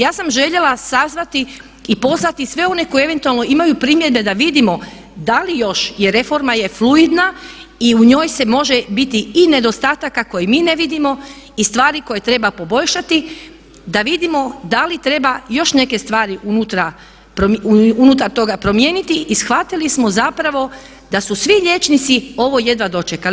Ja sam željela sazvati i pozvati sve one koji eventualno imaju primjedbe da vidimo da li još i reforma je fluidna i u njoj se može biti i nedostataka koje mi ne vidimo i stvari koje treba poboljšati, da vidimo da li treba još neke stvari unutar toga promijeniti i shvatili smo zapravo da su svi liječnici ovo jedva dočekali.